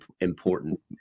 important